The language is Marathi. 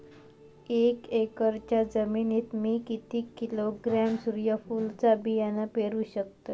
एक एकरच्या जमिनीत मी किती किलोग्रॅम सूर्यफुलचा बियाणा पेरु शकतय?